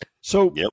So-